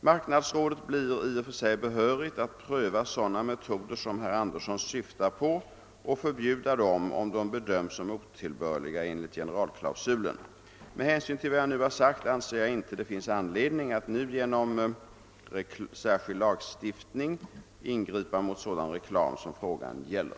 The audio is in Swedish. Marknadsrådet blir i och för sig behörigt att pröva sådana metoder som herr Andersson syftar på och för bjuda dem om de bedöms som otillbörliga enligt generalklausulen. Med hänsyn till vad jag nu har sagt anser jag inte att det finns anledning att nu genom särskild lagstiftning ingripa mot sådan reklam som frågan gäller.